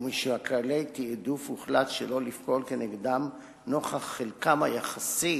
ומשיקולי תעדוף הוחלט שלא לפעול כנגדם נוכח חלקם היחסי